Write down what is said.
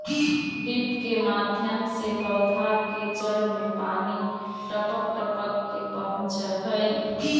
drip के माध्यम से पौधा के जड़ में पानी टपक टपक के पहुँचऽ हइ